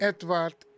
Edward